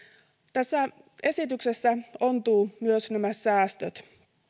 tässä esityksessä ontuvat myös säästöt